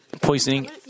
poisoning